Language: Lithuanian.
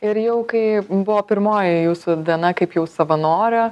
ir jau kai buvo pirmoji jūsų diena kaip jau savanorio